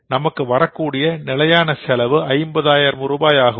நமக்கு வரக்கூடிய நிலையான செலவு 50 ஆயிரம் ரூபாய் ஆகும்